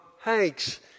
Hanks